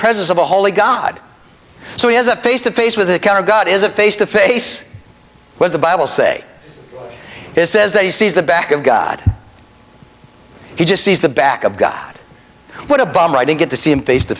presence of a holy god so he has a face to face with a camera god is a face to face was the bible say it says that he sees the back of god he just sees the back of god what a bummer i didn't get to see him face to